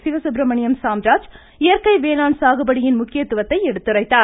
சிவசுப்ரமணியன் சாம்ராஜ் இயற்கை வேளாண் சாகுபடியின் முக்கியத்துவத்தை எடுத்துரைத்தார்